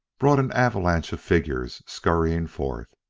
brought an avalanche of figures scurrying forth.